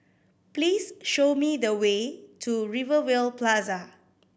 please show me the way to Rivervale Plaza